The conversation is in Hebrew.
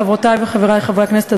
חברותי וחברי חברי הכנסת,